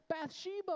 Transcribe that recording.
Bathsheba